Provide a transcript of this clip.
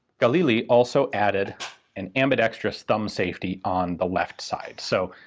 galili also added an ambidextrous thumb safety on the left side. so,